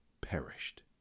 perished